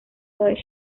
were